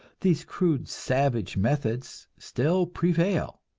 these crude, savage methods still prevail,